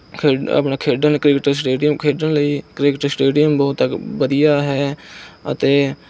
ਖੇਡ ਆਪਣਾ ਖੇਡਣ ਕ੍ਰਿਕਟ ਸਟੇਡੀਅਮ ਖੇਡਣ ਲਈ ਕ੍ਰਿਕਟ ਸਟੇਡੀਅਮ ਬਹੁਤ ਵਧੀਆ ਹੈ ਅਤੇ